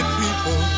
people